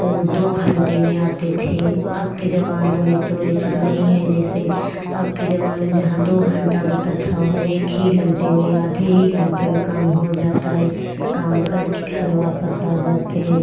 वो दो घंटे में आते थे अब के ज़माने में तो ऐसा नहीं है जैसे अब के ज़माने में जहाँ दो घंटा लगता था वहाँ एक ही घंटे में आधे ही घंटे में काम हो जाता है काम करके घर वापस आ जाते हैं